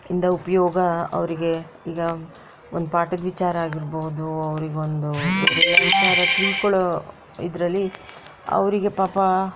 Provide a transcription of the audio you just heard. ಇಂದ ಉಪಯೋಗ ಅವರಿಗೆ ಈಗ ಒಂದು ಪಾಠದ ವಿಚಾರ ಆಗಿರಬಹುದು ಅವರಿಗೊಂದು ವಿಚಾರ ತಿಳ್ಕೊಳ್ಳೋ ಇದರಲ್ಲಿ ಅವರಿಗೆ ಪಾಪ